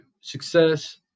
success